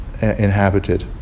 inhabited